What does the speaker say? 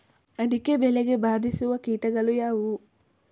ಅಡಿಕೆ ಬೆಳೆಗೆ ಬಾಧಿಸುವ ಕೀಟಗಳು ಯಾವುವು?